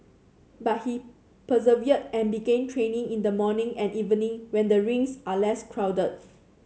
but he persevered and began training in the morning and evening when the rinks are less crowded